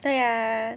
对呀